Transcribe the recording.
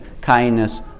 kindness